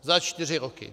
Za čtyři roky!